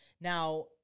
now